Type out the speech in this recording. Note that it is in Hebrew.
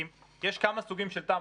יש כמה סוגים של תמ"אות.